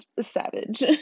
Savage